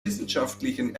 wissenschaftlichen